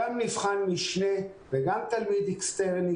גם מבחן משנה וגם תלמיד אקסטרני,